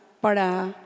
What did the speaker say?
para